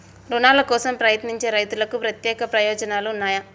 రుణాల కోసం ప్రయత్నించే రైతులకు ప్రత్యేక ప్రయోజనాలు ఉన్నయా?